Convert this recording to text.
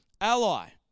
ally